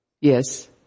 Yes